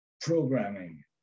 programming